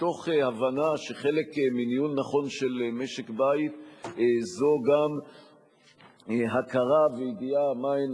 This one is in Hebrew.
מתוך הבנה שחלק מניהול נכון של משק בית זה גם הכרה וידיעה מה הן